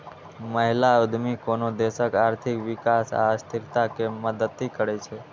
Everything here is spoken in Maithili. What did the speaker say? महिला उद्यमी कोनो देशक आर्थिक विकास आ स्थिरता मे मदति करै छै